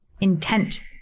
intent